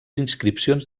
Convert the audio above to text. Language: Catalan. inscripcions